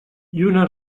lluna